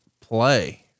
play